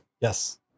Yes